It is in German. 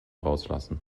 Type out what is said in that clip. rauslassen